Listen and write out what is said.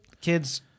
Kids